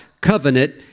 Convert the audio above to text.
covenant